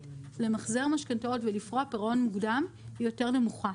למחזר משכנתאות ולפרוע פרעון מוקדם היא יותר נמוכה.